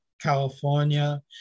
California